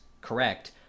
correct